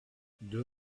deux